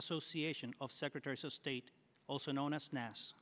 association of secretaries of state also known as snaps